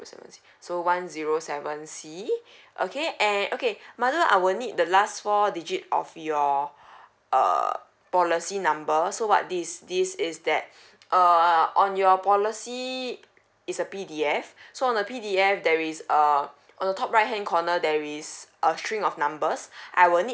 so one zero seven C okay and okay madu I would need the last four digit of your uh policy numbers so what this is this is that uh on your policy is a P_D_F so on the P_D_F there is err on the top right hand corner there is a string of numbers I will need